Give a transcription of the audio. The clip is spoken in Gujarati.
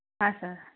હા સર